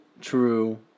true